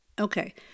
Okay